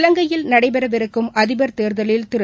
இலங்கையில் நடைபெறவிருக்கும் அதிபா் தேர்தலில் திரு